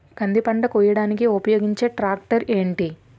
కంది పంట కోయడానికి ఉపయోగించే ట్రాక్టర్ ఏంటి?